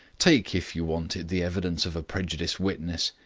take, if you want it, the evidence of a prejudiced witness.